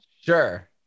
sure